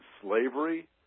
Slavery